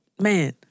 Man